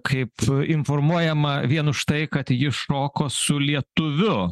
kaip informuojama vien už tai kad ji šoko su lietuviu